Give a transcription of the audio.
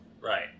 Right